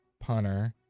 punter